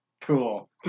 cool